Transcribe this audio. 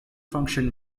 function